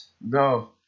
No